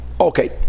Okay